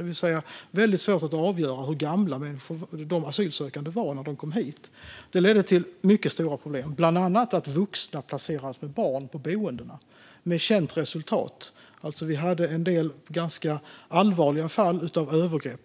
Det vill säga det var väldigt svårt att avgöra hur gamla de asylsökande var när de kom hit. Det ledde till mycket stora problem, bland annat att vuxna placerades tillsammans med barn på boendena med känt resultat. Vi hade exempelvis en del ganska allvarliga fall av övergrepp